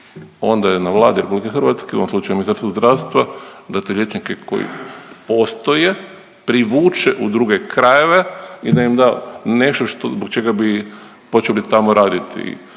onda je na Vladi RH, u ovom slučaju Ministarstvu zdravstva da te liječnike koji postoje privuče u druge krajeve i da im da nešto što, zbog čega bi počeli tamo raditi.